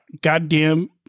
goddamn